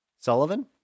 Sullivan